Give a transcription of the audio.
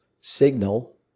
signal